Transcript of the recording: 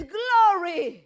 glory